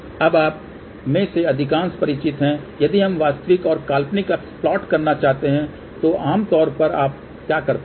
अब आप में से अधिकांश परिचित हैं यदि हम वास्तविक और काल्पनिक अक्ष प्लॉट करना चाहते हैं तो आम तौर पर आप क्या करते हैं